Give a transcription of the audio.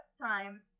time